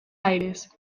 aires